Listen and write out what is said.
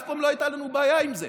אף פעם לא הייתה לנו בעיה עם זה.